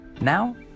Now